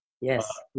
Yes